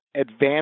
Advanced